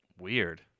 Weird